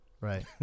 Right